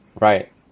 right